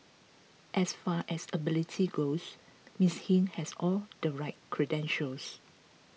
as far as ability goes Miss Hing has all the right credentials